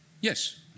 Yes